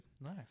nice